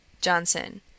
JOHNSON